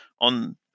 on